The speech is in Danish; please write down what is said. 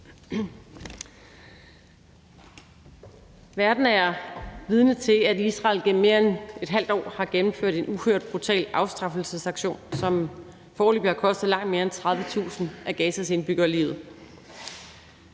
Verden er vidne til, at Israel gennem mere end et halvt år har gennemført en uhørt brutal afstraffelsesaktion, som foreløbig har kostet langt mere end 30.000 af Gazas indbyggere livet.